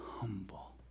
humble